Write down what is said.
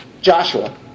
Joshua